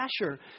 Asher